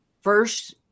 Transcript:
first